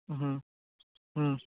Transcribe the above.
হুম হুম